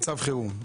מצב חירום.